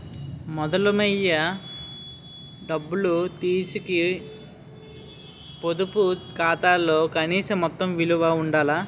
మొదలు మొయ్య డబ్బులు తీసీకు పొదుపు ఖాతాలో కనీస మొత్తం నిలవ ఉండాల